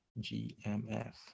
GMF